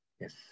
Yes